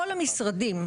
כל המשרדים,